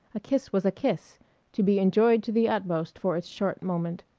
a kiss was a kiss to be enjoyed to the utmost for its short moment.